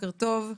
בוקר טוב,